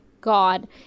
God